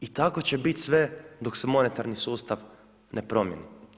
I tako će biti sve dok se monetarni sustav ne promijeni.